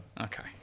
Okay